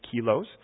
kilos